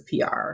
PR